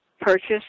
purchase